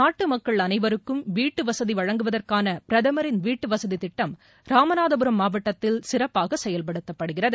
நாட்டு மக்கள் அனைவருக்கும் வீட்டுவசதி வழங்குவதற்கான பிரதமரின் வீட்டுவசதி திட்டம் ராமநாதபுரம் மாவட்டத்தில் சிறப்பாக செயல்படுத்தப்படுகிறது